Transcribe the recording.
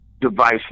Device